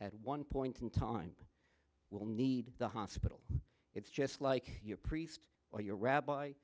at one point in time will need the hospital it's just like your priest or your rabbi